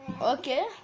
okay